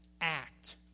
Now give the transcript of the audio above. act